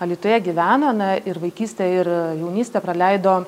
alytuje gyveno ane ir vaikystę ir jaunystę praleido